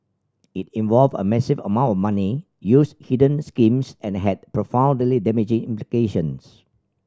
it involved a massive amount of money used hidden schemes and had profoundly damaging implications